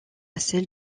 celles